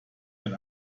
ein